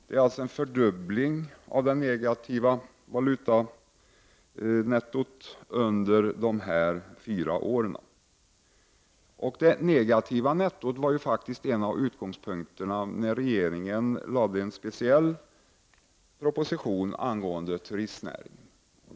Det är alltså fråga om en fördubbling av det negativa valutanettot under dessa fyra år. Det negativa nettot var faktiskt en av utgångspunkterna när regeringen lade fram en speciell proposition angående turistnäringen.